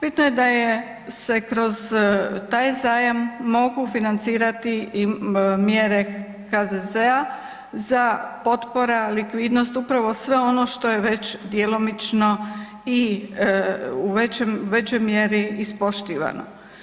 Bitno je da se kroz taj zajam mogu financirati i mjere HZZ-a, za potpora likvidnost, upravo sve ono što je već djelomično i u većoj mjeri ispoštivano.